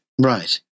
Right